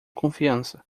confiança